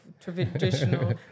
traditional